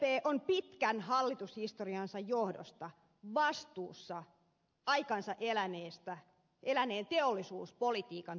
sdp on pitkän hallitushistoriansa johdosta vastuussa aikansa eläneen teollisuuspolitiikan tuloksista